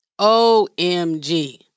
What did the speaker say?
OMG